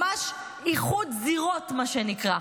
ממש איחוד זירות, מה שנקרא.